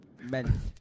Men